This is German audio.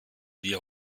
wir